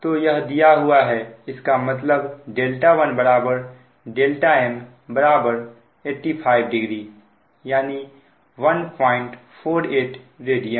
तो यह दिया हुआ है इसका मतलब 1m850 यानी 148 रेडियन